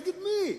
נגד מי?